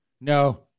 No